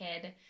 kid